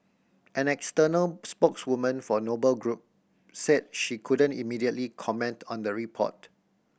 an external spokeswoman for Noble Group said she couldn't immediately comment on the report